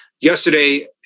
Yesterday